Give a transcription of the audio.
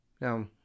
Now